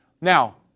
Now